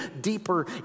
deeper